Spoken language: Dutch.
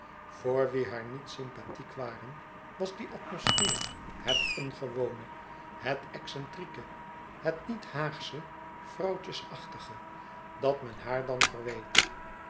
voor wie haar niet sympathiek waren was die atmosfeer het ongewone het excentrieke het niet haagsche vrouwtjes achtige dat men haar dan verweet